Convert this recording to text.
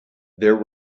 there